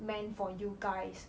meant for you guys